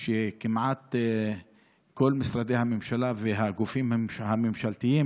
כמעט כל משרדי הממשלה והגופים הממשלתיים